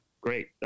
great